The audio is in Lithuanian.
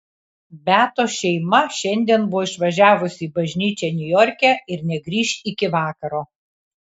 beatos šeima šiandien buvo išvažiavusi į bažnyčią niujorke ir negrįš iki vakaro